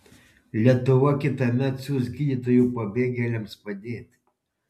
lietuva kitąmet siųs gydytojų pabėgėliams padėti